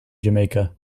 jamaica